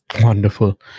wonderful